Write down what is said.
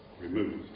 removed